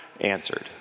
answered